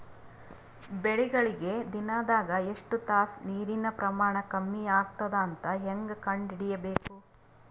ಬೆಳಿಗಳಿಗೆ ದಿನದಾಗ ಎಷ್ಟು ತಾಸ ನೀರಿನ ಪ್ರಮಾಣ ಕಮ್ಮಿ ಆಗತದ ಅಂತ ಹೇಂಗ ಕಂಡ ಹಿಡಿಯಬೇಕು?